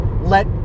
let